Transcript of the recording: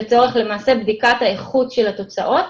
למעשה לצורך בדיקת האיכות של התוצאות,